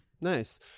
Nice